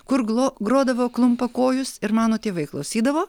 kur glo grodavo klumpakojus ir mano tėvai klausydavo